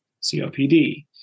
COPD